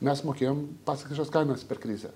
mes mokėjom pasakiškas kainas per krizę